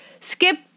skip